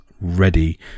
ready